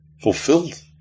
fulfilled